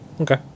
Okay